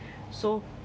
so